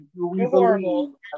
horrible